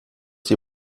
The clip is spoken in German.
die